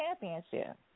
championship